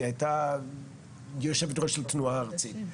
והיא הייתה יושבת-ראש התנועה הארצית.